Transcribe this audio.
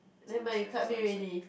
sorry sorry sorry sorry